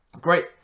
Great